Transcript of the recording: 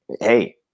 hey